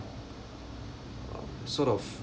sort of